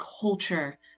culture